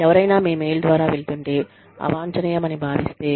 ఎవరైనా మీ మెయిల్ ద్వారా వెళుతుంటే అవాంఛనీయమని భావిస్తే